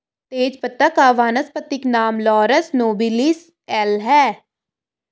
तेजपत्ता का वानस्पतिक नाम लॉरस नोबिलिस एल है